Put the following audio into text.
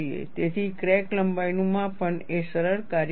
તેથી ક્રેક લંબાઈનું માપન એ સરળ કાર્ય નથી